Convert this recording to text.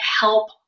help